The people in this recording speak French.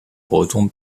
breton